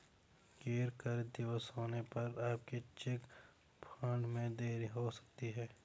गैर कार्य दिवस होने पर आपके चेक फंड में देरी हो सकती है